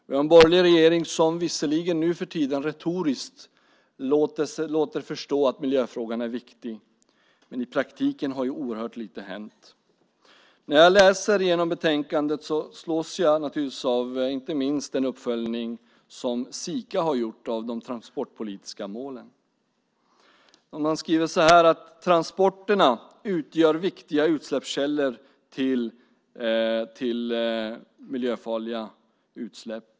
Vi har en borgerlig regering som visserligen nu för tiden retoriskt låter förstå att miljöfrågan är viktig. Men i praktiken har oerhört lite hänt. När jag läser igenom betänkandet slås jag inte minst av den uppföljning som Sika har gjort av de transportpolitiska målen. Sika skriver att transporterna utgör viktiga källor till miljöfarliga utsläpp.